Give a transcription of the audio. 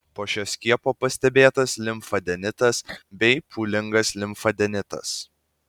po šio skiepo pastebėtas limfadenitas bei pūlingas limfadenitas